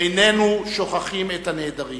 איננו שוכחים את הנעדרים.